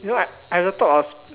you know I I had the thought of